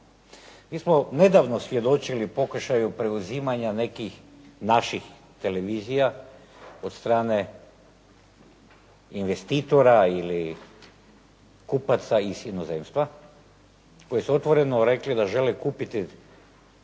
Mi smo nedavno svjedočili pokušaju preuzimanja nekih naših televizija od strane investitora ili kupaca iz inozemstva koji su otvoreno rekli da žele kupiti